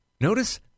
Notice